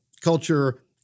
culture